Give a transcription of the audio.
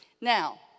Now